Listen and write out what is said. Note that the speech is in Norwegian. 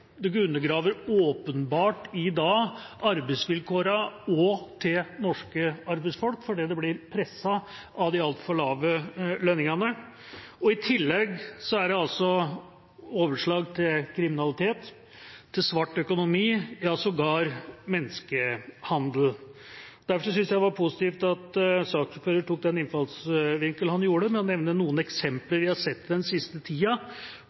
Det undergraver åpenbart i dag arbeidsvilkårene også til norske arbeidsfolk fordi de blir presset av de altfor lave lønningene, og i tillegg er det overslag til kriminalitet, til svart økonomi, ja sågar menneskehandel. Derfor syns jeg det var positivt at saksordføreren tok den innfallsvinkelen han gjorde, med å nevne noen eksempler som vi har sett den siste tida